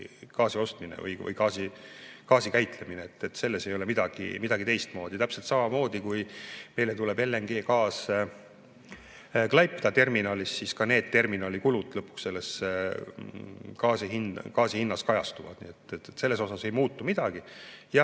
gaasi ostmine või gaasi käitlemine, selles ei ole midagi teistmoodi. Täpselt samamoodi, kui meile tuleb LNG Klaipeda terminalist, siis ka need terminalikulud lõpuks gaasi hinnas kajastuvad. Selles osas ei muutu midagi.